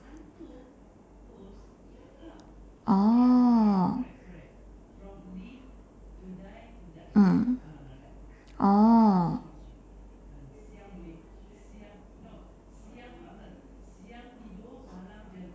oh mm oh